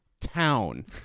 Town